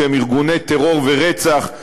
שהם ארגוני טרור ורצח,